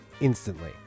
instantly